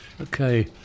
Okay